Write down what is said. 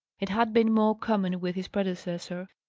it had been more common with his predecessor.